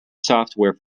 software